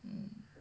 mm